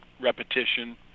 repetition